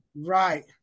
Right